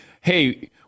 hey